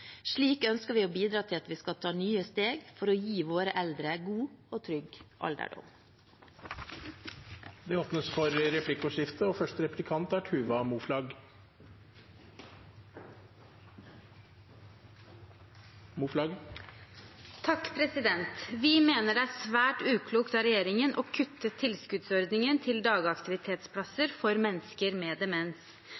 Slik ønsker vi å bidra til at vi skal ta nye steg for å gi våre eldre en god og trygg alderdom. Det blir replikkordskifte. Vi mener det er svært uklokt av regjeringen å kutte tilskuddsordningen til